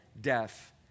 death